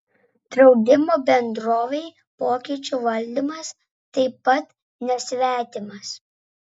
draudimo bendrovei pokyčių valdymas taip pat nesvetimas